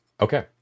Okay